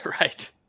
Right